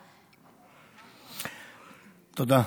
תודה.